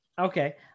Okay